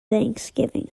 thanksgiving